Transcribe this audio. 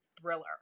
thriller